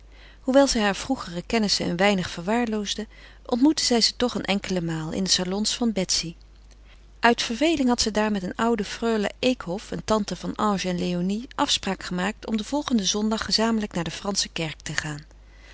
hoewel zij hare vroegere kennissen een weinig verwaarloosde ontmoette zij ze toch een enkele maal in de salons van betsy uit verveling had ze daar met een oude freule eekhof een tante van ange en léonie afspraak gemaakt om den volgenden zondag gezamenlijk naar de fransche kerk te gaan